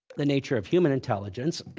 the nature of human intelligence.